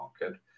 market